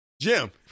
Jim